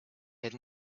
had